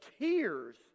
tears